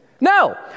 No